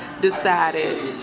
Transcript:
decided